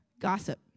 gossip